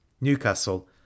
newcastle